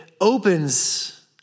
opens